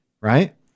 right